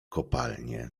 kopalnie